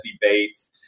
Bates